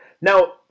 Now